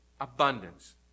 abundance